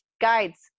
guides